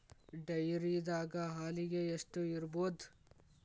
ಡೈರಿದಾಗ ಹಾಲಿಗೆ ಎಷ್ಟು ಇರ್ಬೋದ್?